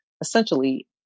essentially